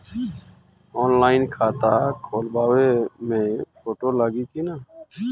Online खाता खोलबाबे मे फोटो लागि कि ना?